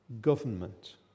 government